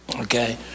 Okay